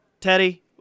Teddy